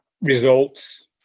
results